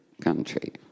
country